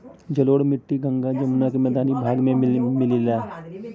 जलोढ़ मट्टी गंगा जमुना के मैदानी भाग में मिलला